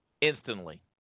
instantly